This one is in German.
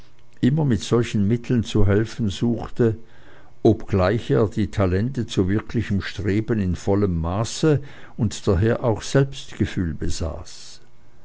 immer mit solchen mitteln zu helfen suchte obgleich er die talente zu wirklichem streben in vollem maße und daher auch selbstgefühl besaß